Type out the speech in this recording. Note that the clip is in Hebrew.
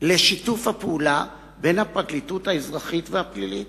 לשיתוף הפעולה בין הפרקליטות האזרחית והפלילית.